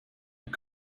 are